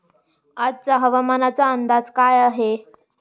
आजचा हवामानाचा अंदाज काय आहे?